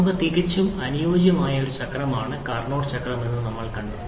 നമുക്ക് തികച്ചും അനുയോജ്യമായ ഒരു ചക്രമാണ് കാർനോട്ട് ചക്രം എന്ന് നമ്മൾ കണ്ടു